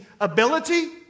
ability